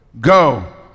go